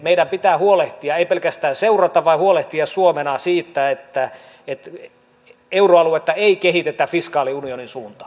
meidän pitää huolehtia ei pelkästään seurata vaan huolehtia suomena siitä että euroaluetta ei kehitetä fiskaaliunionin suuntaan